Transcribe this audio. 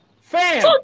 fan